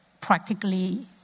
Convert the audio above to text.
practically